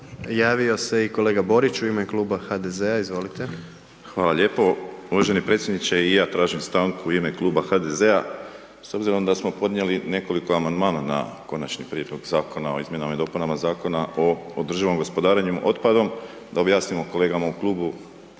Javio se i kolega Borić u ime Kluba HDZ-a, izvolite. **Borić, Josip (HDZ)** Hvala lijepo. Uvaženi predsjedniče i ja tražim stanku u ime Kluba HDZ-a s obzirom da smo podnijeli nekoliko amandmana na Konačni prijedlog Zakona o izmjenama i dopunama Zakona o održivom gospodarenjem otpadom, da objasnimo kolegama u klubu